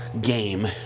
game